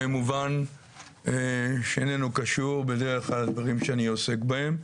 במובן שאיננו קשור בדרך כלל לדברים שאני עוסק בהם.